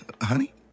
Honey